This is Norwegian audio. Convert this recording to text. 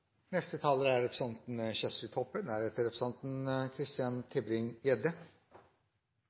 Neste taler er representanten Trine Skei Grande, så representanten